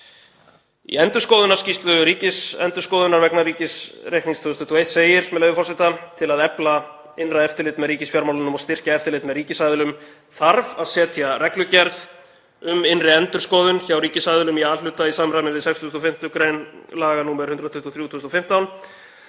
Í endurskoðunarskýrslu Ríkisendurskoðunar vegna ríkisreiknings 2021 segir: „Til þess að efla innra eftirlit með ríkisfjármálunum og styrkja eftirlit með ríkisaðilum þarf að setja reglugerð um innri endurskoðun hjá ríkisaðilum í A-hluta í samræmi við 65. gr. laga nr. 123/2015.